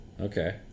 Okay